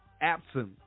absent